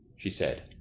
she said.